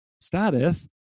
status